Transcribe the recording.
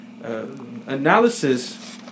analysis